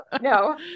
no